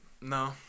No